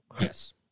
Yes